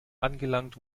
angelangt